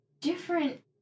different